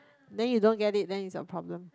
then you don't get it then it's your problem